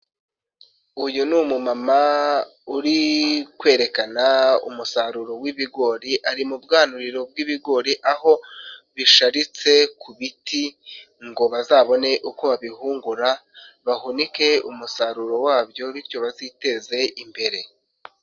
Uyu ni umumama uri kwerekana umusaruro w'ibigori, ari mu bwanuriro bw'ibigori aho bisharitse ku biti ngo bazabone uko babihungura bahunike umusaruro wabyo bityo baziteze imbere.